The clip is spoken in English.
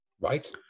Right